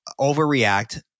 overreact